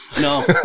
No